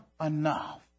enough